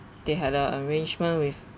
they had a arrangement with